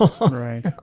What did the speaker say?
right